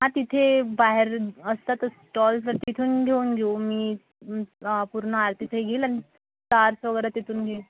हां तिथे बाहेर असतातच स्टॉल्स तर तिथून घेऊन घेऊ मी पूर्ण आरतीचं हे घेईल अन् ताट वगैरे तिथून घेईन